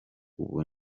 ubu